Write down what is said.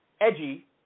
edgy